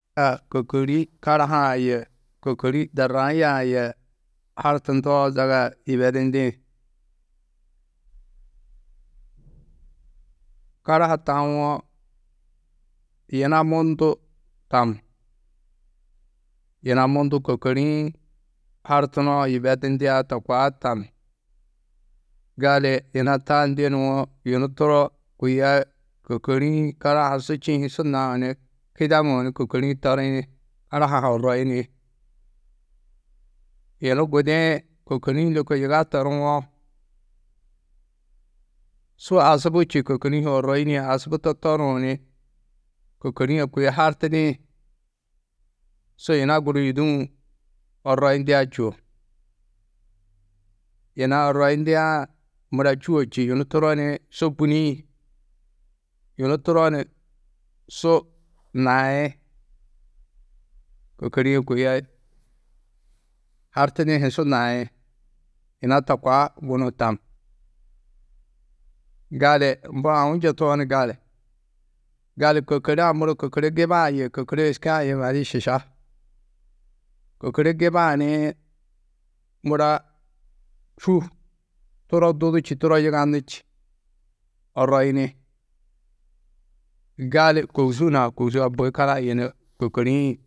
Aa kôkori karahaa-ã yê darrayaa-ã yê hartundoo zaga yibedindi. Karaha tauwo yina mundu tam, yina mundu kôkori-ĩ hartunoo yibeyindiã to koa tam. Gali yina taa ndê nuwo, yunu turo kôi a kôkori-ĩ karaha su čîĩ hi su nau ni kideŋuũ ni kôkori-ĩ toriĩ karaha-ã ha orroyini. Yunu gudi-ĩ kôkori-ĩ lôko yiga toruwo su asubu či kôkori-ĩ hi orroyinîe asubu to toruũ ni kôkori a kôi hartudĩ su yina guru yûduũ orroyindia čûo. Yina orroyindiã mura čûo či yunu turo ni su bûniĩ. Yunu turo ni su nai, kôkori-ĩ kôi a hartidĩ hi su nai. Yina to koa gunuũ tam. Gali mbo aũ njetoo ni gali. Gali kôkore-ã muro kôkore giba-ã yê kôkore êske-ã yê mamnu šiša. Kôkore giba-ã ni mura čû, turo dudu čî turo yigannu čî orroyini. Gali kôusu hunã kôussu a bui karaha yunu kôkorii-ĩ.